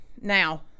Now